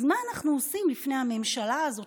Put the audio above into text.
אז מה אנחנו עושים לפני הממשלה הזאת,